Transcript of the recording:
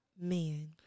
Men